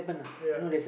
ya